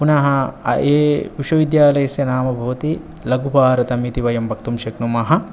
पुनः ये विश्वविद्यालयस्य नाम भवति लघुभारतमिति वयं वक्तुं शक्नुमः